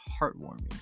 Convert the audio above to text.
heartwarming